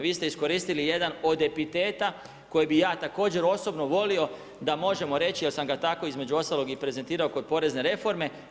Vi ste iskoristili jedan od epiteta koje bih ja također osobno volio da možemo reći, jer sam ga tako između ostalog i prezentirao kod porezne reforme.